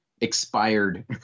expired